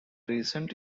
recent